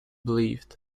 believed